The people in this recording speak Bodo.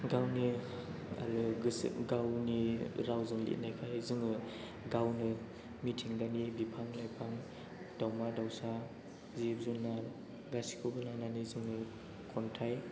गावनि आरो गोसो गावनि रावजों लिरनायखाय जोङो गावनो मिथिंगानि बिफां लायफां दावमा दावसा जिब जुनार गासैखौबो लानानै जोङो खन्थाय